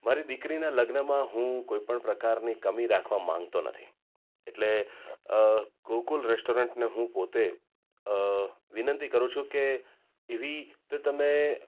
મારી દીકરીનાં લગ્નમાં હું કોઈપણ પ્રકારની કમી હું રાખવા માગતો નથી એટલે ગોકુલ રેસ્ટોરન્ટને હું પોતે વિનંતી કરું છું કે એવી તો તમે